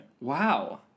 Wow